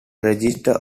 register